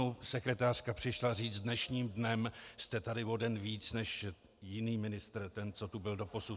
Jednou mi sekretářka přišla říct: Dnešním dnem jste tady o den víc než jiný ministr, ten co tu byl doposud.